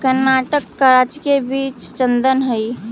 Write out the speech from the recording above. कर्नाटक का राजकीय वृक्ष चंदन हई